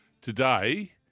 Today